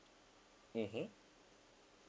mmhmm